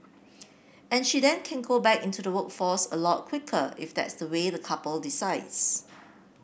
and she then can go back into the workforce a lot quicker if that's the way the couple decides